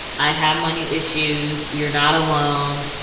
i have money issues. you're not alone.